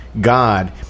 God